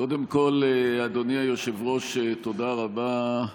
קודם כול, אדוני היושב-ראש, תודה רבה,